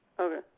Okay